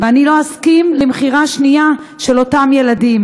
ואני לא אסכים למכירה שנייה של אותם ילדים,